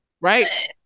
Right